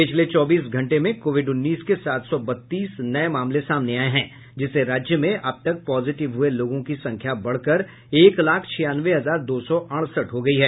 पिछले चौबीस घंटे में कोविड उन्नीस के सात सौ बत्तीस नए मामले सामने आए हैं जिससे राज्य में अबतक पॉजिटिव हुए लोगों की संख्या बढ़कर एक लाख छियानवें हजार दो सौ अड़सठ हो गई है